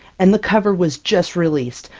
and the cover was just released!